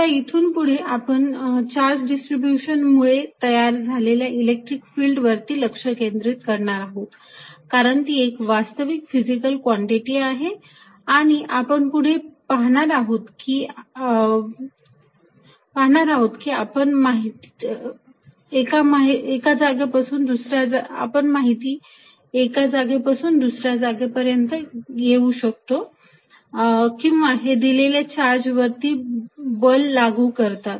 आता इथून पुढे आपण चार्ज डिस्ट्रीब्यूशन मुळे तयार झालेल्या इलेक्ट्रिक फिल्ड वरती लक्ष केंद्रित करणार आहोत कारण ती एक वास्तविक फिजिकल क्वांटिटी आहे आणि आपण पुढे पाहणार आहोत की आपण माहिती एका जागेपासून दुसऱ्या जागेपर्यंत येऊ शकतो किंवा हे दिलेल्या चार्ज वरती बल लागू करतात